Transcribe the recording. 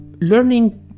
learning